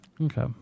Okay